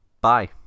Bye